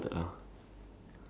upside down